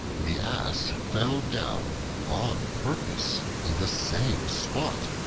the ass fell down on purpose in the same spot,